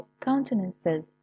countenances